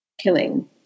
killing